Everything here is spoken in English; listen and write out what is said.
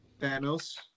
Thanos